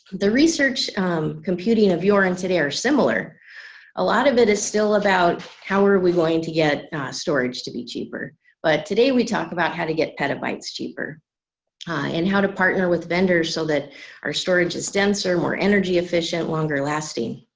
the research computing of your and city are similar a lot of it is still about how are we going to get storage to be cheaper but today we talk about how to get petabytes cheaper ah and how to partner with vendors so that our storage is denser more energy efficient longer-lasting.